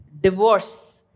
divorce